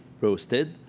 roasted